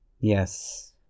Yes